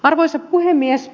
arvoisa puhemies